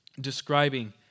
describing